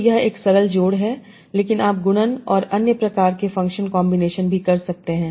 तो यह एक सरल जोड़ है लेकिन आप गुणन और एक अन्य प्रकार के फंक्शन कॉन्बिनेशन भी कर सकते हैं